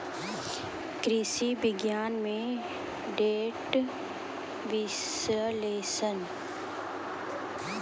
कृषि विज्ञान में डेटा विश्लेषण